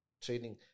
Training